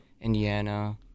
Indiana